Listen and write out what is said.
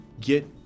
get